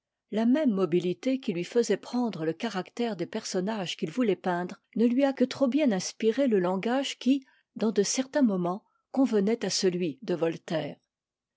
la même mobitité qui lui faisait prendre le caractère des personnages qu'il voulait peindre ne lui a que trop bien inspiré le langage qui dans de certains moments convenait à celui de voltaire